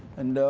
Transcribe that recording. and